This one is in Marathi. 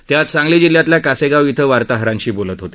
ते आज सांगली जिल्ह्यातल्या कासेगाव इथं वार्ताहरांशी बोलत होते